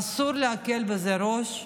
אסור להקל בזה ראש.